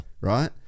right